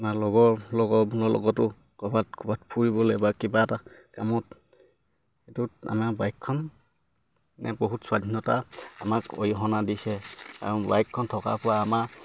আমাৰ লগৰ লগৰবোৰৰ লগতো ক'ৰবাত ক'ৰবাত ফুৰিবলে বা কিবা এটা কামত সেইটোত আমাৰ বাইকখন বহুত স্বাধীনতা আমাক অৰিহণা দিছে আৰু বাইকখন থকাৰ পৰা আমাৰ